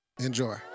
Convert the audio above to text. Enjoy